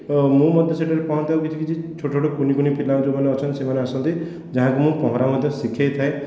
ଓ ମୁଁ ମଧ୍ୟ ସେଠାରେ ପହଁରିଥାଏ କିଛି କିଛି ଛୋଟ ଛୋଟ କୁନି କୁନି ପିଲା ଯେଉଁମାନେ ଅଛନ୍ତି ସେମାନେ ଆସନ୍ତି ଯାହାକୁ ମୁଁ ପହଁରା ମଧ୍ୟ ଶିଖେଇ ଥାଏ